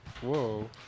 Whoa